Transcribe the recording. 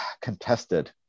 contested